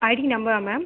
ID நம்பரா ma'am